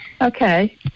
Okay